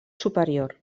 superior